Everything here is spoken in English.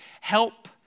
help